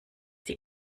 die